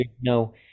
No